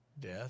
Death